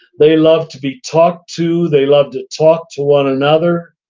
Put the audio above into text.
they love to be talked to, they love to talk to one another.